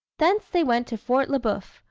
thence they went to fort le boeuf,